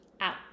Out